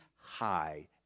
high